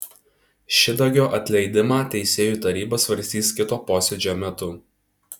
šidagio atleidimą teisėjų taryba svarstys kito posėdžio metu